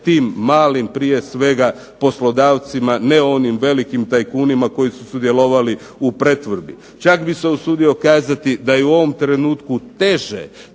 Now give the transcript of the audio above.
tim malim prije svega poslodavcima, ne onim velikim tajkunima koji su sudjelovali u pretvorbi. Čak bih se usudio kazati da je u ovom trenutku teže